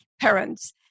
parents